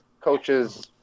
coaches